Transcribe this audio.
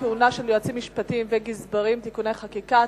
כהונה של יועצים משפטיים וגזברים) (תיקוני חקיקה),